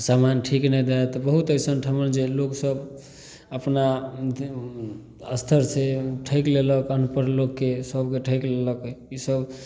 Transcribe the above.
समान ठीक नहि देत बहुत अइसन ठमन जे लोक सब अपना अस्तर सऽ ठैक लेलक अनपढ़ लोकके सबके ठैक लेलक ई सब